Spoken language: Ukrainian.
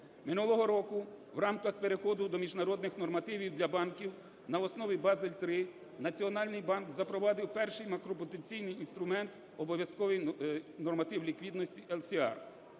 Минулого року в рамках переходу до міжнародних нормативів для банків на основі "Базель ІІІ" Національний банк запровадив перший макропруденційний інструмент – обов'язковий норматив ліквідності LCR.